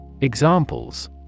Examples